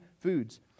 foods